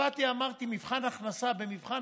באתי ואמרתי שבמבחן הכנסה,